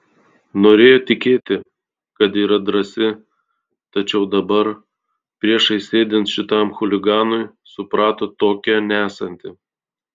norėjo tikėti kad yra drąsi tačiau dabar priešais sėdint šitam chuliganui suprato tokia nesanti